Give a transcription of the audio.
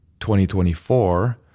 2024